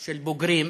של בוגרים,